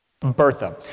Bertha